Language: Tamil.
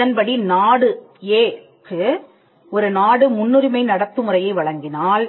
இதன்படி நாடு Aக்கு ஒரு நாடு முன்னுரிமை நடத்துமுறையை வழங்கினால்